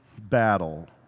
battle